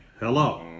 Hello